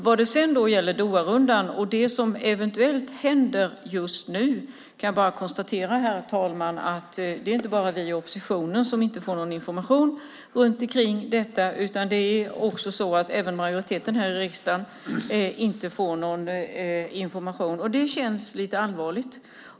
Vad gäller Doharundan och det som eventuellt händer där är det inte bara vi i oppositionen som inte får någon information, utan det gäller även majoriteten här i riksdagen. Det är allvarligt.